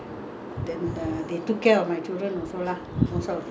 even though we got a house we never stay in our house we always spend our weekened in